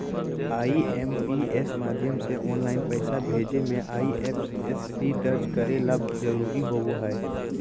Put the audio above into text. IMPS माध्यम से online पैसा भेजे मे आई.एफ.एस.सी दर्ज करे ला जरूरी होबो हय